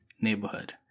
neighborhood